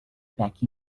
back